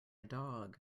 dog